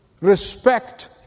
respect